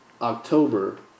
October